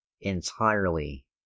entirely